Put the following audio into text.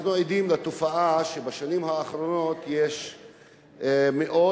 אנחנו עדים לתופעה שבשנים האחרונות יש מאות,